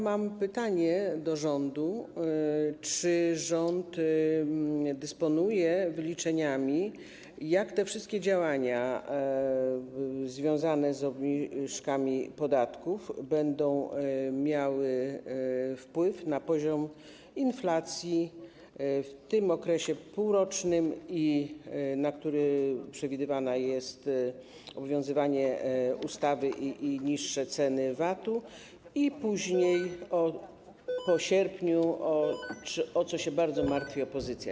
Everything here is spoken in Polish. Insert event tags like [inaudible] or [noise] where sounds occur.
Mam pytanie do rządu: Czy rząd dysponuje wyliczeniami, jaki te wszystkie działania związane z obniżkami podatków będą miały wpływ na poziom inflacji w tym okresie półrocznym, w którym przewidywane jest obowiązywanie ustawy i niższe ceny, obniżka VAT-u, i później, [noise] po sierpniu, o co bardzo martwi się opozycja?